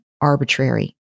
arbitrary